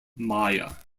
maya